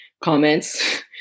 comments